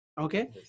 Okay